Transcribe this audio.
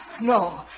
No